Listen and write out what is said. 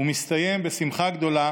ומסתיים בשמחה גדולה